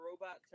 robot